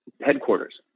headquarters